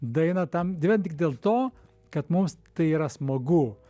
dainą tam d vien tik dėl to kad mums tai yra smagu